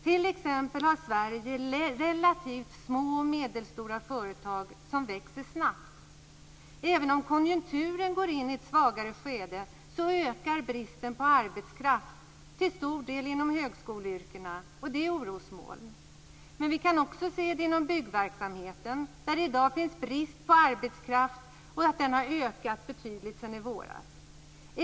T.ex. har Sverige relativt få små och medelstora företag som växer snabbt. Även om konjunkturen går in i ett svagare skede ökar bristen på arbetskraft, till stor del inom högskoleyrken. Det är också ett orosmoln. Vi kan också se detta inom byggnadsverksamheten. Där råder det i dag en brist på arbetskraft, och den har ökat betydligt sedan i våras.